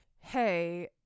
Hey